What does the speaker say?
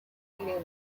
feeding